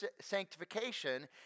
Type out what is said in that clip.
sanctification